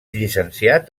llicenciat